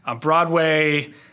Broadway –